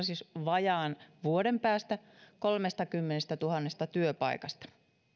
siis vajaan vuoden päästä kolmestakymmenestätuhannesta työpaikasta